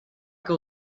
que